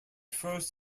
first